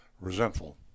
resentful